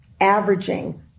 averaging